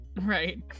Right